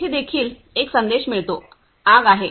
येथे देखील एक संदेश मिळतो आग आहे